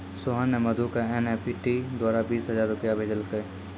सोहन ने मधु क एन.ई.एफ.टी द्वारा बीस हजार रूपया भेजलकय